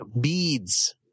Beads